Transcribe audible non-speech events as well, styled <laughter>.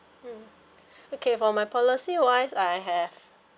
mm <breath> okay for my policy wise I have